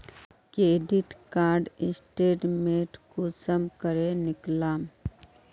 Credit card statement कुंसम करे निकलाम?